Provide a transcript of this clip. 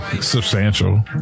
substantial